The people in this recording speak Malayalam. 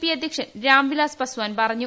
പി അദ്ധ്യക്ഷൻ രാംവിലാസ് പസ്വാൻ പറഞ്ഞു